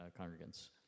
congregants